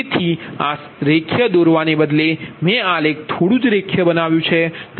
તેથી આ રેખીય દોરવાને બદલે મેં આલેખ થોડું જ રેખીય બનાવ્યું છે